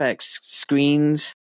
screens